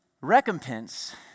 Recompense